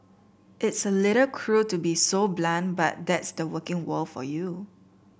it's a little cruel to be so blunt but that's the working world for you